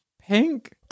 pink